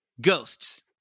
Ghosts